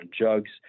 jugs